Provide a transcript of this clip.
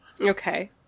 Okay